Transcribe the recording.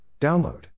Download